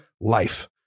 life